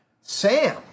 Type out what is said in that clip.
Sam